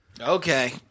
Okay